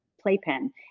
playpen